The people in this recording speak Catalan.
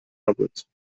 rebuts